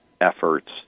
efforts